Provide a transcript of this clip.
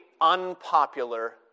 unpopular